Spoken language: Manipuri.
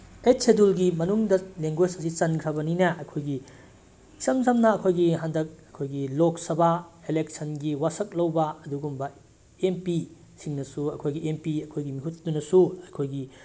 ꯑꯩꯠ ꯁꯦꯗꯨꯜꯒꯤ ꯃꯅꯨꯡꯗ ꯂꯦꯡꯒꯣꯏꯖ ꯑꯁꯤ ꯆꯟꯈ꯭ꯔꯕꯅꯤꯅ ꯑꯩꯈꯣꯏꯒꯤ ꯏꯁꯝ ꯁꯝꯅ ꯑꯩꯈꯣꯏꯒꯤ ꯍꯟꯗꯛ ꯑꯩꯈꯣꯏꯒꯤ ꯂꯣꯛ ꯁꯕꯥ ꯑꯦꯂꯦꯛꯁꯟꯒꯤ ꯋꯥꯁꯛ ꯂꯧꯕ ꯑꯗꯨꯒꯨꯝꯕ ꯑꯦꯝ ꯄꯤ ꯁꯤꯡꯅꯁꯨ ꯑꯩꯈꯣꯏꯒꯤ ꯑꯦꯝ ꯄꯤ ꯑꯩꯈꯣꯏꯒꯤ ꯃꯤꯍꯨꯠꯇꯨꯅꯁꯨ ꯑꯩꯈꯣꯏꯒꯤ